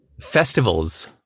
festivals